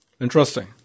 Interesting